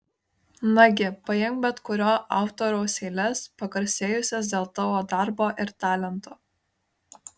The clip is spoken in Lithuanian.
nagi paimk bet kurio autoriaus eiles pagarsėjusias dėl tavo darbo ir talento